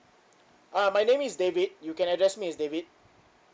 uh my name is david you can address me as david